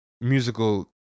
musical